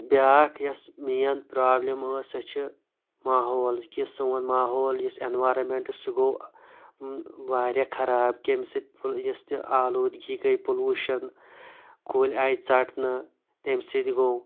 بیاکھ یۄس main problem أسۍ سۄ چھ ماحول کہِ سون ماحول یُس ایٚنورامیٚنٹ سُہ گوٚو وارِیاہ خَراب کمہ سۭتۍ یُس تہِ آلودگی گٔے پُلوشَن کُلۍ آے ژَٹنہٕ تمہِ سۭتۍ گوٚو